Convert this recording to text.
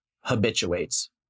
habituates